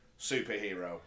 superhero